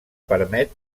permet